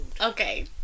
Okay